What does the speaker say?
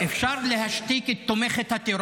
ולא לחברים שלך, להוציא את דיבת הארץ